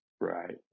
Right